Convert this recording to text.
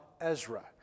Ezra